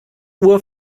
uhr